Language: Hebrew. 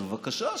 אז בבקשה,